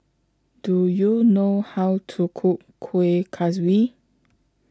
Do YOU know How to Cook Kueh Kaswi